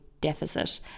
deficit